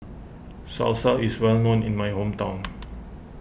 Salsa is well known in my hometown